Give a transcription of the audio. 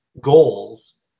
goals